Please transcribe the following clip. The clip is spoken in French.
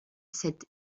cette